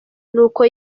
n’uko